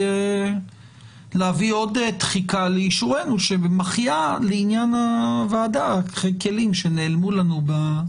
להביא עוד תחיקה לאישורנו שמחייה לעניין הוועדה כלים שנעלמו לנו.